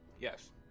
Yes